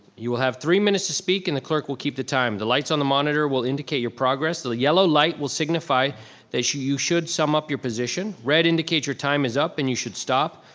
you will have three minutes to speak and the clerk will keep the time. the lights on the monitor will indicate your progress. the the yellow light will signify that you you should sum up your position. red indicates your time is up and you should stop.